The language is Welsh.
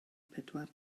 pedwar